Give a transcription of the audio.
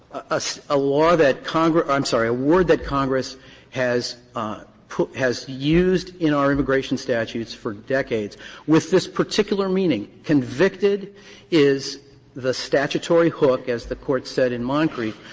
a a law that or i'm sorry, a word that congress has put has used in our immigration statutes for decades with this particular meaning, convicted is the statutory hook, as the court said in moncrieffe,